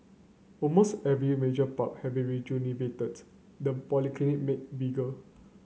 almost every major park have been rejuvenated the polyclinic made bigger